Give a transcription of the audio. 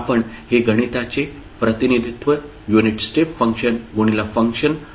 आपण हे गणिताचे प्रतिनिधित्व युनिट स्टेप फंक्शन गुणिला फंक्शन म्हणून करीत आहात